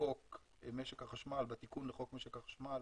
בתיקון לחוק משק החשמל